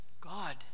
God